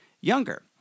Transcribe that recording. younger